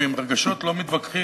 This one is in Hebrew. ועם הרגשות לא מתווכחים.